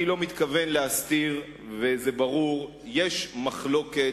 אני לא מתכוון להסתיר וזה ברור: יש מחלוקת